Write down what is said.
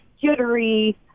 jittery